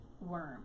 worm